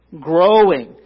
growing